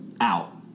out